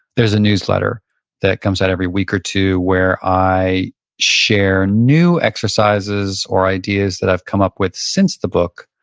there's a newsletter that comes out every week or two where i share new exercises or ideas that i've come up with since the book.